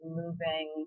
moving